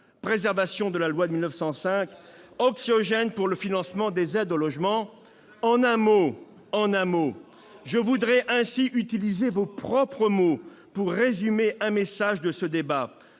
préservation de la loi de 1905, anxiogènes pour le financement des aides au logement. En un mot, je voudrais ainsi utiliser vos propres termes pour résumer un message de ce débat